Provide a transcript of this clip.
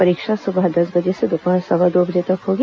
परीक्षा सुबह दस बजे से दोपहर सवा दो बजे तक होगी